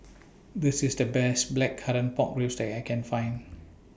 This IS The Best Blackcurrant Pork Ribs that I Can Find